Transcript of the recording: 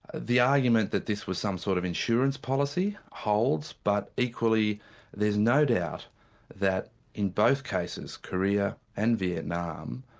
the argument that this was some sort of insurance policy holds, but equally there's no doubt that in both cases, korea and vietnam,